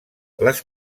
les